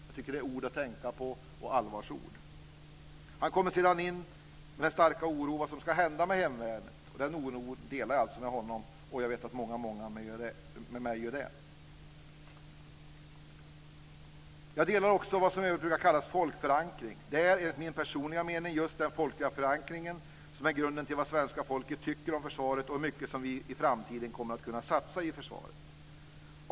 Jag tycker att det är ord att tänka på, allvarsord. Han kommer sedan med stark oro in på vad som ska hända med hemvärnet. Den oron delar jag alltså med honom och jag vet att många med mig gör det. Jag delar också inställningen till det som i övrigt brukar kallas folkförankring. Det är enligt min personliga mening just den folkliga förankringen som är grunden till vad svenska folket tycker om försvaret och hur mycket vi i framtiden kommer att kunna satsa i försvaret.